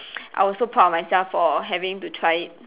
I was so proud of myself for having to try it